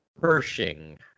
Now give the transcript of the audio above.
Pershing